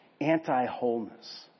anti-wholeness